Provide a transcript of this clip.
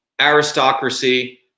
aristocracy